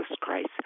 Christ